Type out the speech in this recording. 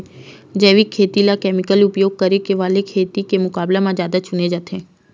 जैविक खेती ला केमिकल उपयोग करे वाले खेती के मुकाबला ज्यादा चुने जाते